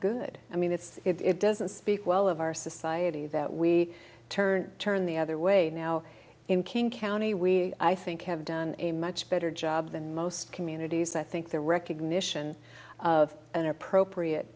good i mean it's it doesn't speak well of our society that we turn turn the other way now in king county we i think have done a much better job than most communities i think the recognition of an appropriate